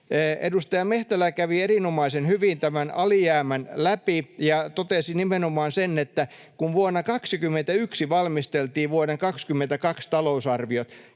Edustaja Mehtälä kävi erinomaisen hyvin tämän alijäämän läpi ja totesi nimenomaan sen, että kun vuonna 21 valmisteltiin vuoden 22 talousarvio,